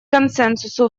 консенсусу